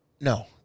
No